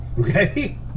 Okay